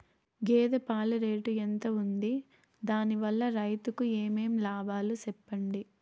గేదె పాలు రేటు ఎంత వుంది? దాని వల్ల రైతుకు ఏమేం లాభాలు సెప్పండి?